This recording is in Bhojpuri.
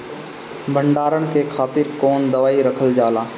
भंडारन के खातीर कौन दवाई रखल जाला?